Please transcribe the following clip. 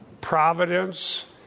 providence